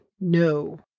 No